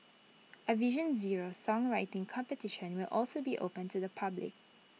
A vision zero songwriting competition will also be open to the public